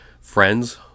friends